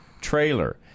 trailer